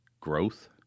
growth